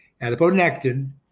adiponectin